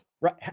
Right